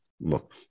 look